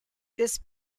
this